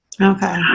Okay